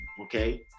okay